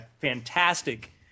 fantastic